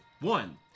One